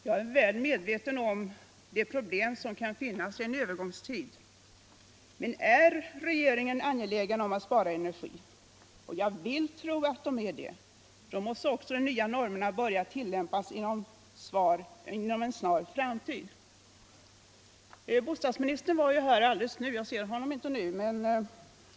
Jag är väl medveten om de problem som kan finnas under en övergångstid, men är regeringen angelägen om att spara energi — och jag vill tro att den är det — måste också de nya normerna börja tillämpas inom en snar framtid. Bostadsministern var här i kammaren alldeles nyss, men jag ser honom inte nu.